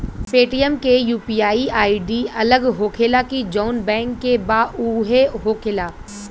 Paytm के UPI ID अलग होखेला की जाऊन बैंक के बा उहे होखेला?